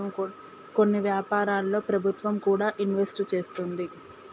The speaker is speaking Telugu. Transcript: కొన్ని వ్యాపారాల్లో ప్రభుత్వం కూడా ఇన్వెస్ట్ చేస్తుంది